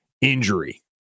injury